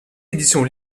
édition